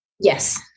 Yes